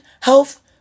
health